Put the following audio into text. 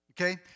okay